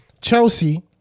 Chelsea